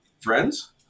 Friends